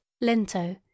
Lento